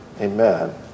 amen